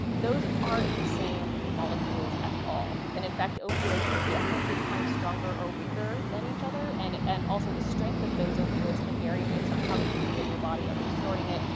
those aren't the same molecules at all. and in fact, opioids can be a hundred times stronger or weaker than each other, and and also the strength of those opioids can vary based on how you put it in your body are you snorting it,